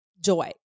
joy